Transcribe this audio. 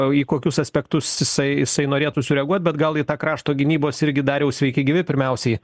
į kokius aspektus jisai jisai norėtų sureaguot bet gal į tą krašto gynybos irgi dariau sveiki gyvi pirmiausiai